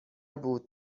بود